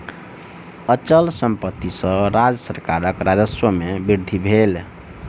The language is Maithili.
अचल संपत्ति सॅ राज्य सरकारक राजस्व में वृद्धि भेल